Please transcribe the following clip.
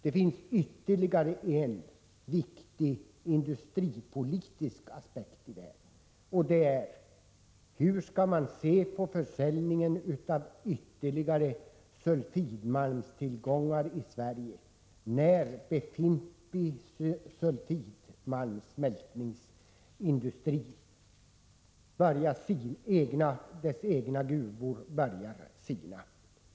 Det finns ytterligare en viktig industripolitisk aspekt: Hur skall man se på försäljningen av ytterligare sulfidmalmstillgångar ur Sverige, när sulfidmalmssmältningsindustrins egna gruvor börjar sina?